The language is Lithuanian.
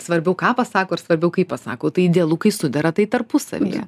svarbiau ką pasako ar svarbiau kaip pasako tai idealu kai sudera tai tarpusavyje